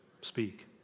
Speak